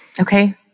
Okay